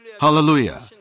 Hallelujah